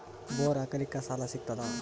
Bore ಹಾಕಲಿಕ್ಕ ಸಾಲ ಸಿಗತದ?